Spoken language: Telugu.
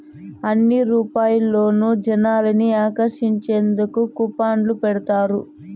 అన్ని యాపారాల్లోనూ జనాల్ని ఆకర్షించేందుకు కూపన్లు పెడతారు